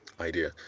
idea